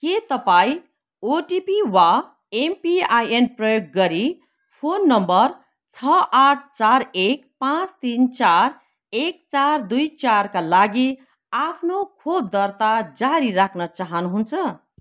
के तपाईँँ ओटिपी वा एमपिआईएन प्रयोग गरी फोन नम्बर छ आठ चार एक पाँच तिन चार एक चार दुई चारका लागि आफ्नो खोप दर्ता जारी राख्न चाहनुहुन्छ